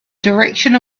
direction